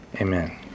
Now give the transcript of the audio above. Amen